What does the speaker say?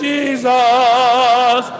Jesus